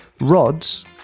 rods